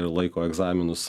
ir laiko egzaminus